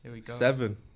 seven